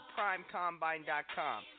PrimeCombine.com